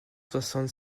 soixante